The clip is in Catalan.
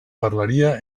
parlaria